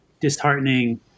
disheartening